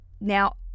Now